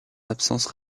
absence